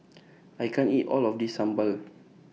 I can't eat All of This Sambal